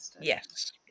Yes